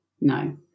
no